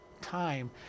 time